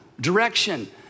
direction